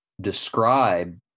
describe